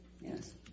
yes